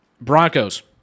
Broncos